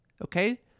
okay